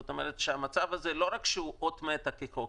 זאת אומרת שהמצב הזה הוא לא רק אות מתה כחוק.